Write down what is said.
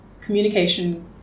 communication